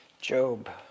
Job